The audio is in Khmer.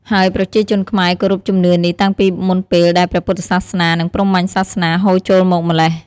ហើយប្រជាជនខ្មែរ គោរពជំនឿនេះ តាំងពីមុនពេលដែលព្រះពុទ្ធសាសនា និងព្រហ្មញ្ញសាសនា ហូរចូលមកម្ល៉េះ។